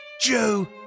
Joe